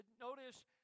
Notice